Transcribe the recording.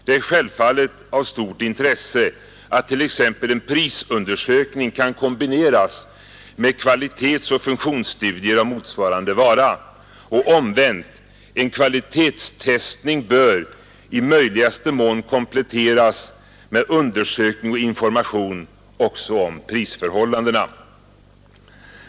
Det är självfallet av stort intresse att t.ex. en prisundersökning kan kombineras med kvalitetsoch funktionsstudier av motsvarande vara. Och omvänt bör en kvalitetstestning i möjligaste mån kompletteras med undersökning och information också om prisförhållandena.